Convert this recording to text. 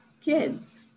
kids